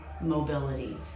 mobility